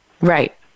Right